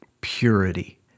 purity